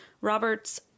robert's